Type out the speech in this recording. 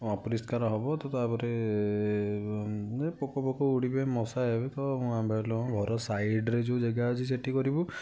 ଅପରିଷ୍କାର ହେବ ତ ତା'ପରେ ଏ ପୋକ ଫୋକ ଉଡ଼ିବେ ମଶା ହେବେ ତ ଆମେ ଭାବିଲୁ ହଁ ଘର ସାଇଡ଼୍ରେ ଯେଉଁ ଜାଗା ଅଛି ସେଠି କରିବୁ